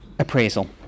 Appraisal